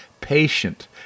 patient